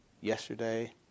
yesterday